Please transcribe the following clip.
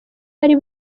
bari